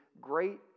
great